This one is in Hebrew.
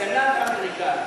בסנאט האמריקני.